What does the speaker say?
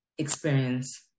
experience